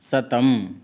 शतम्